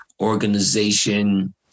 Organization